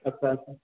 ଆଚ୍ଛା ଆଚ୍ଛା